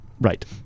right